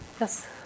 Yes